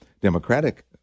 Democratic